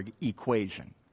equation